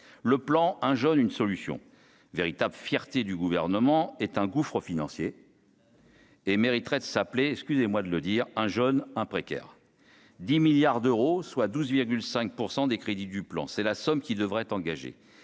le plan un jeune une solution véritables fiertés du gouvernement est un gouffre financier. Et mériterait de s'appeler excusez-moi de le dire, un jeune hein précaire 10 milliards d'euros, soit 12,5 % des crédits du plan, c'est la somme qui devrait engager